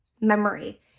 memory